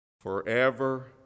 forever